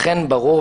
לכן ברור,